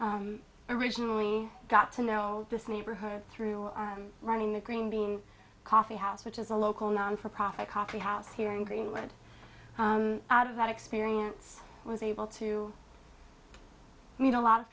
i originally got to know this neighborhood through our running the green being coffeehouse which is a local nonprofit coffee house here in greenwood out of that experience was able to meet a lot of